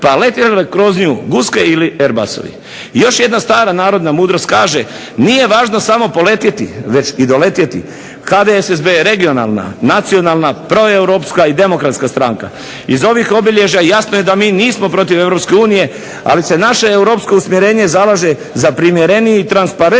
pa letjele kroz nju guske ili airbusovi. Još jedna stara narodna mudrost kaže nije važno samo poletjeti već i doletjeti. HDSSB je regionalna, nacionalna, proeuropska i demokratska stranka. Iz ovih obilježja jasno je da mi nismo protiv Europske unije ali se naše europsko usmjerenje zalaže za primjereniji i transparentan